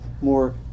more